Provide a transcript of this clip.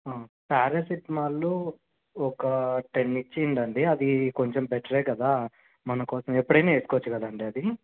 paracetamol ఒక ten ఇచ్చేయండి అండి అది కొంచెం బెటరే కదా మన కోసం ఎప్పుడైనా వేసుకోవచ్చు కదండి అది